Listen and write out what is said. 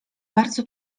bardzo